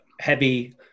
heavy